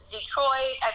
Detroit